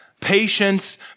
patience